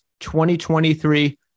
2023